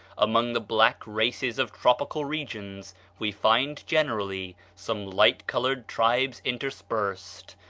among the black races of tropical regions we find, generally, some light-colored tribes interspersed.